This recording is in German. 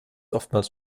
oftmals